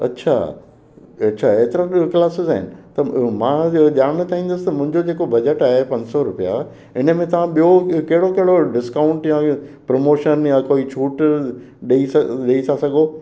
अच्छा अच्छा एतिरा क्लासिस आहिनि त मां ॼाणण चाहींदुसि त मुंहिंजो जेको बजट आहे पंज सौ रुपया इन में तव्हां ॿियो कहिड़ो कहिड़ो डिस्काउंट या प्रमोशन या कोई छूट ॾेई स ॾेई था सघो